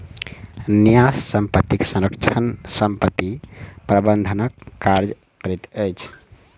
न्यास संपत्तिक संरक्षक संपत्ति प्रबंधनक कार्य करैत अछि